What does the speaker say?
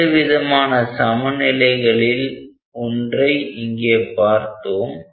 இரண்டு விதமான சமநிலைகளில் ஒன்றை இங்கே பார்த்தோம்